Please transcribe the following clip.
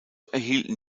erhielten